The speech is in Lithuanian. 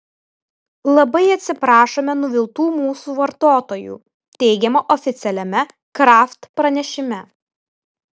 labai atsiprašome nuviltų mūsų vartotojų teigiama oficialiame kraft pranešime